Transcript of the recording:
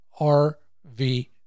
rv